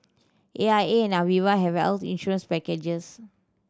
A I A and Aviva have health insurance packages